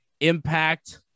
Impact